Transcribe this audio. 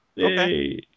Okay